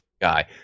guy